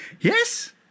Yes